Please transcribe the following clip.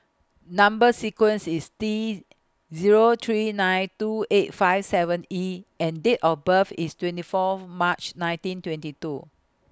Number sequence IS T Zero three nine two eight five seven E and Date of birth IS twenty four March nineteen twenty two